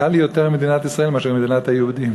קל לי יותר מדינת ישראל מאשר מדינת היהודים.